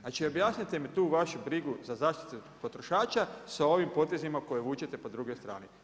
Znači objasnite mi tu vašu brigu za zaštitu potrošača sa ovim potezima koje vučete po drugoj strani.